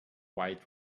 white